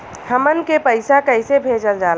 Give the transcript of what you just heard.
हमन के पईसा कइसे भेजल जाला?